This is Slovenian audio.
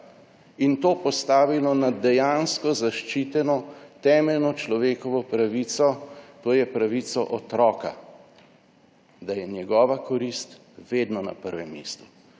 in to postavilo nad dejansko zaščiteno temeljno človekovo pravico, to je pravico otroka, da je njegova korist vedno na prvem mestu.